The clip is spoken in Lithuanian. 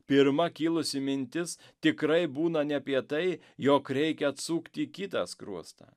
pirma kilusi mintis tikrai būna ne apie tai jog reikia atsukti kitą skruostą